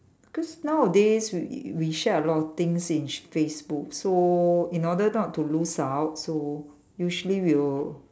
because nowadays we we share a lot of things in Facebook so in order not to lose out so usually we'll